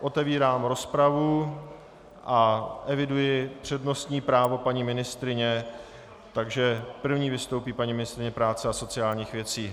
Otevírám rozpravu a eviduji přednostní právo paní ministryně, takže první vystoupí paní ministryně práce a sociálních věcí.